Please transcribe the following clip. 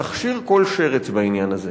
נכשיר כל שרץ בעניין הזה.